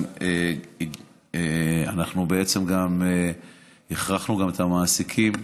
ואנחנו בעצם הכרחנו גם את המעסיקים,